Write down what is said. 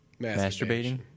masturbating